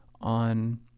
on